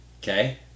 Okay